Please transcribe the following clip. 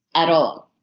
at all,